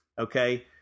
okay